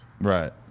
Right